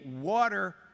water